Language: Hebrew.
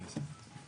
אין דבר כזה שלב.